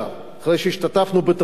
אחרי שהשתתפנו בתחרות,